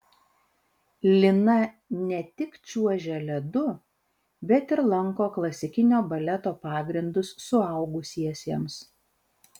lina ne tik čiuožia ledu bet ir lanko klasikinio baleto pagrindus suaugusiesiems